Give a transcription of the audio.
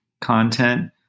content